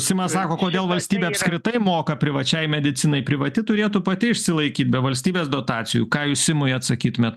simas sako kodėl valstybė apskritai moka privačiai medicinai privati turėtų pati išsilaikyt be valstybės dotacijų ką jūs simui atsakytumėt